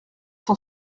cent